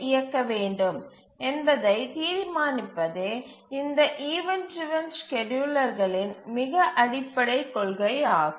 இயக்க வேண்டும் என்பதை தீர்மானிப்பதே இந்த ஈவண்ட் டிரவன் ஸ்கேட்யூலர்களின் மிக அடிப்படைக் கொள்கை ஆகும்